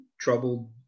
troubled